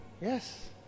Yes